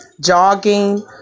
jogging